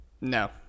No